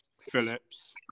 Phillips